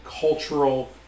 cultural